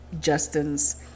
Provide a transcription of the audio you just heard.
Justin's